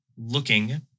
looking